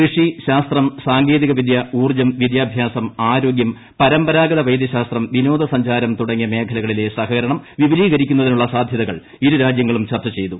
കൃഷി ശാസ്ത്രം സാങ്കേതികവിദ്യ ഊർജ്ജം വിദ്യാഭ്യാസം ആരോഗ്യം പരമ്പരാഗത വൈദ്യശാസ്ത്രം വിനോദ സഞ്ചാരം തുടങ്ങിയ മേഖലകളിലെ സഹകരണം വിപുലീകരിക്കുന്നതിനുള്ള സാധ്യതകൾ ഇരുരാജ്യങ്ങളും ചർച്ച ചെയ്തു